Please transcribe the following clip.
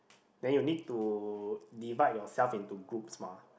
then you need to divide yourself into groups mah